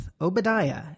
Obadiah